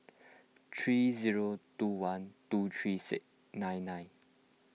three zero two one two three nine nine